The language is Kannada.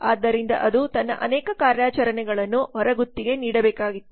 ಆದ್ದರಿಂದ ಅದು ತನ್ನ ಅನೇಕ ಕಾರ್ಯಾಚರಣೆಗಳನ್ನು ಹೊರಗುತ್ತಿಗೆ ನೀಡಬೇಕಾಗಿತ್ತು